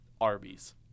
Arby's